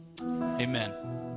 amen